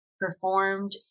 performed